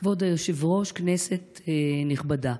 כבוד היושב-ראש, כנסת נכבדה,